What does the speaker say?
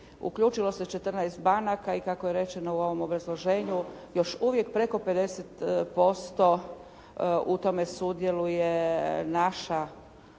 Uključilo se 14 banaka i kako je rečeno u ovom obrazloženju još uvijek preko 50% u tome sudjeluje naša